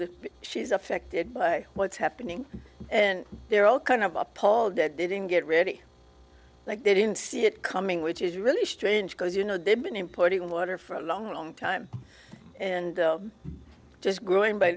that she's affected by what's happening and they're all kind of appalled that didn't get ready like they didn't see it coming which is really strange because you know they've been importing water for a long long time and just growing by